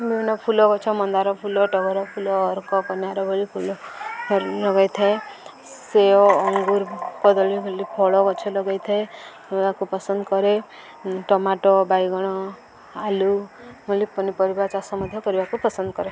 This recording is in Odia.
ବିଭିନ୍ନ ଫୁଲ ଗଛ ମନ୍ଦାର ଫୁଲ ଟଗର ଫୁଲ ଅରଖ କନିଆର ଭଳି ଫୁଲ ଲଗାଇଥାଏ ସେଓ ଅଙ୍ଗୁର କଦଳୀ ବୋଲି ଫଳ ଗଛ ଲଗେଇଥାଏ ଲଗେଇବାକୁ ପସନ୍ଦ କରେ ଟମାଟୋ ବାଇଗଣ ଆଲୁ ଭଲି ପନିପରିବା ଚାଷ ମଧ୍ୟ କରିବାକୁ ପସନ୍ଦ କରେ